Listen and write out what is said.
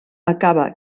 acaba